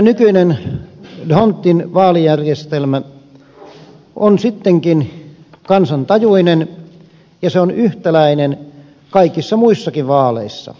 meidän nykyinen d hondtin vaalijärjestelmä on sittenkin kansantajuinen ja se on yhtäläinen kaikissa muissakin vaaleissa